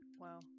Wow